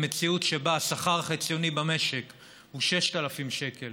במציאות שבה השכר החציוני במשק הוא 6,000 שקלים